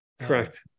Correct